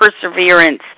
perseverance